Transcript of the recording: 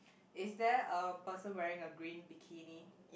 is there a person wearing a green bikini